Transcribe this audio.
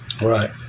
Right